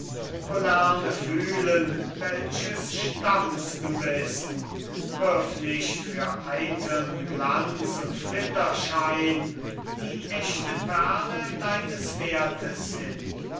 fühlen welches stamms du bist wirf nicht für eiteln glanz und flitterschein die echte perle deines wertes hin